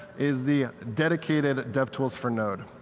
is the dedicated devtools for node.